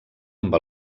amb